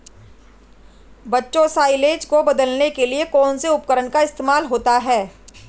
बच्चों साइलेज को बदलने के लिए कौन से उपकरण का इस्तेमाल होता है?